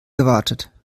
gewartet